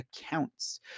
accounts